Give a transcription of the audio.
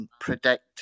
Predict